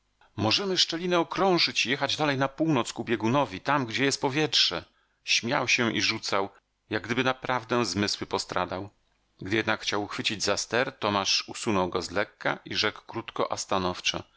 możemy szczelinę okrążyć i jechać dalej na północ ku biegunowi tam gdzie jest powietrze śmiał się i rzucał jakgdyby naprawdę zmysły postradał gdy jednak chciał uchwycić za ster tomasz usunął go z lekka i rzekł krótko a stanowczo